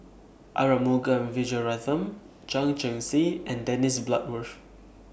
Arumugam Vijiaratnam Chan Chee Seng and Dennis Bloodworth